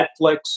Netflix